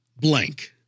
blank